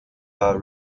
war